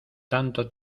tanto